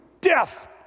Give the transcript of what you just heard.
Death